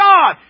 God